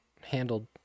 handled